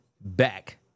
back